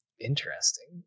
Interesting